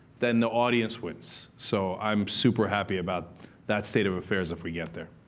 then the audience wins. so i'm super happy about that state of affairs if we get there.